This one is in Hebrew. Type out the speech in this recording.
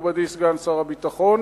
מכובדי סגן שר הביטחון,